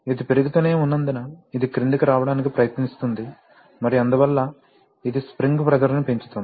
ఇది పెరుగుతూనే ఉన్నందున ఇది క్రిందికి రావడానికి ప్రయత్నిస్తుంది మరియు అందువల్ల ఇది స్ప్రింగ్ ప్రెషర్ ని పెంచుతుంది